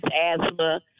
asthma